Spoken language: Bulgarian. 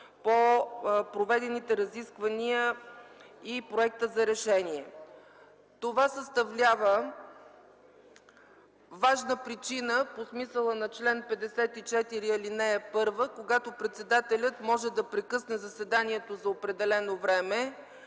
по проведените разисквания и проекта за решение. Това съставлява важна причина по смисъла на чл. 54, ал. 1, когато председателят може да прекъсне заседанието за определено време.